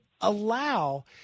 allow